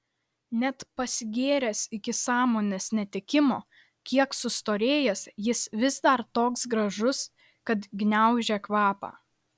net pasigėręs iki sąmonės netekimo kiek sustorėjęs jis vis dar toks gražus kad gniaužia kvapą